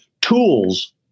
tools